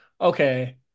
okay